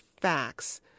facts